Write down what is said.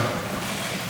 ראשי עדות,